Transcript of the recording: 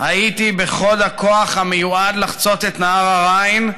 "הייתי בחוד הכוח המיועד לחצות את נהר הריין,